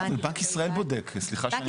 בנק ישראל בודק, סליחה שאני מפריע.